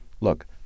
look